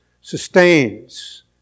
sustains